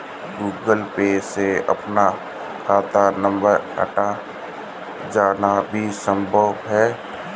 Google Pay से अपना खाता नंबर हटाया जाना भी संभव है